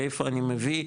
מאיפה אני מביא,